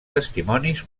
testimonis